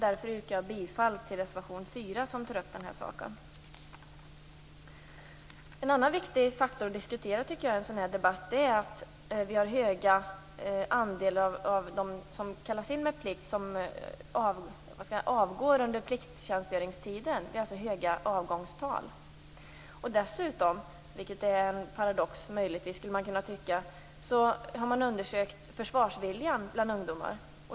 Därför yrkar jag bifall till reservation 4, som tar upp den här saken. En annan viktig faktor att diskutera i en sådan här debatt är att en stor andel av dem som kallas in avgår under pliktjänstgöringstiden. Vi har alltså höga avgångstal. Dessutom, vilket man skulle kunna tycka är en paradox, har det gjorts undersökningar av försvarsviljan hos ungdomar.